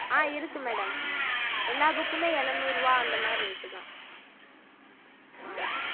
ஆ இருக்கு மேடம் எல்லா புக்குமே எழுநூறுபா அந்தமாதிரி ரேட்டு தான் ஆ ஓகே